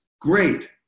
great